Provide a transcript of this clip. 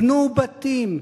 בנו בתים,